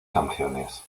canciones